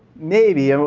maybe. um